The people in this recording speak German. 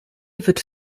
wird